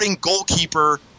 goalkeeper